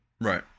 right